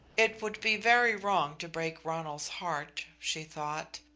it would be very wrong to break ronald's heart, she thought.